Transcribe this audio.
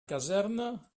caserna